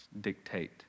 dictate